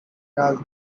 does